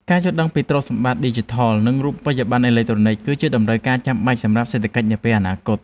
ការយល់ដឹងពីទ្រព្យសម្បត្តិឌីជីថល និងរូបិយប័ណ្ណអេឡិចត្រូនិច គឺជាតម្រូវការចាំបាច់សម្រាប់សេដ្ឋកិច្ចនាពេលអនាគត។